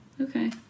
Okay